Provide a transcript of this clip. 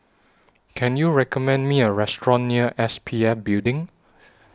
Can YOU recommend Me A Restaurant near S P F Building